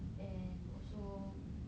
and also